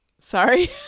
Sorry